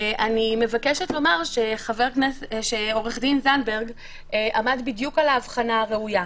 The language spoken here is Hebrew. אני מבקשת לומר שעו"ד זנדברג עמד בדיוק על ההבחנה הראויה.